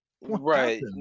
Right